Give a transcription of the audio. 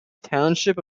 township